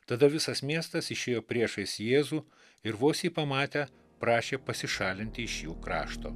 tada visas miestas išėjo priešais jėzų ir vos jį pamatę prašė pasišalinti iš jų krašto